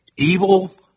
Evil